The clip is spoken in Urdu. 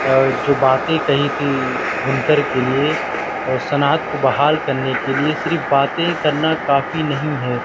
اور جو باتیں کہی تھیں بنکر کے لیے اور صنعت کو بحال کرنے کے لیے صرف باتیں کرنا کافی نہیں ہے